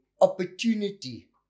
opportunity